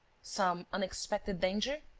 some unexpected danger?